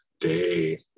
day